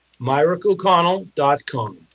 myrickoconnell.com